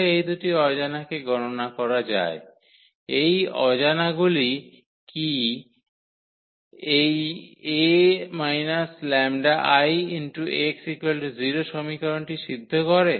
কীভাবে এই দুটি অজানাকে গণনা করা যায় এই অজানাগুলি কি এই 𝐴 𝜆𝐼𝑥0 সমীকরণটি সিদ্ধ করে